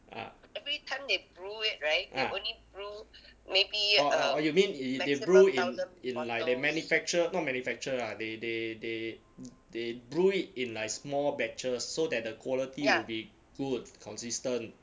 ah ah orh orh you mean it it it brew in in like they manufacture not manufacture lah they they they they brew it in like small batches so that the quality will be good consistent